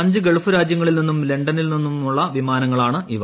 അഞ്ച് ഗൾഫ് രാജ്യങ്ങളിൽ നിന്നും ലണ്ടനിൽ നിന്നുമുള്ള വിമാനങ്ങളാണ് ഇവ